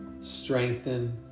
Strengthen